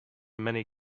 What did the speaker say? many